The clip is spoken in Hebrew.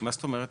מה זאת אומרת?